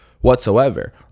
whatsoever